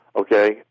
okay